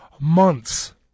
months